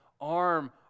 arm